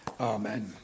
Amen